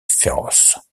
féroce